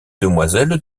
demoiselles